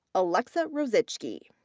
alexa rozycki.